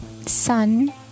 Sun